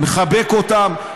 מחבק אותם.